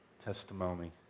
testimony